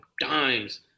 dimes